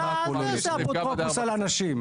אתה, אל תעשה הוקוס פוקוס על אנשים.